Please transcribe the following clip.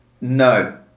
no